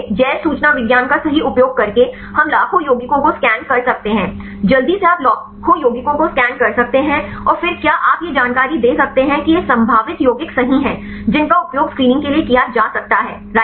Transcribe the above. इसलिए जैव सूचना विज्ञान का सही उपयोग करके हम लाखों यौगिकों को स्कैन कर सकते हैं जल्दी से आप लाखों यौगिकों को स्कैन कर सकते हैं और फिर क्या आप यह जानकारी दे सकते हैं कि ये संभावित यौगिक सही हैं जिनका उपयोग स्क्रीनिंग के लिए किया जा सकता है